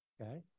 okay